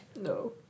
No